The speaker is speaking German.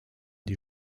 die